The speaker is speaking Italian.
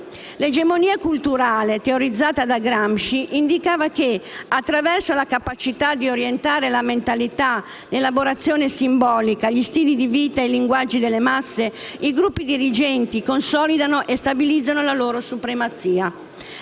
L'egemonia culturale teorizzata da Gramsci indicava che, attraverso la capacità di orientare la mentalità, l'elaborazione simbolica, gli stili di vita e i linguaggi delle masse, i gruppi dirigenti consolidano e stabilizzano la loro supremazia.